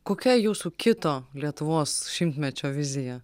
kokia jūsų kito lietuvos šimtmečio vizija